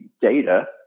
data